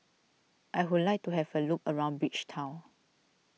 I would like to have a look around Bridgetown